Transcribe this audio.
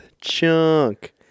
Chunk